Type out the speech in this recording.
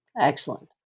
Excellent